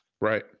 Right